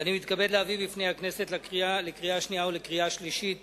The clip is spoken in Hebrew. אני מתכבד להביא בפני הכנסת לקריאה שנייה ולקריאה שלישית